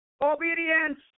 obedience